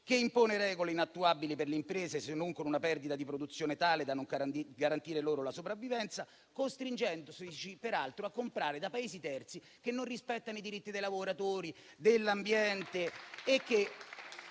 che impone regole inattuabili per le imprese, se non con una perdita di produzione tale da non garantire loro la sopravvivenza, costringendoci peraltro a comprare da Paesi terzi che non rispettano i diritti dei lavoratori, dell'ambiente